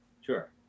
Sure